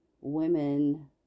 women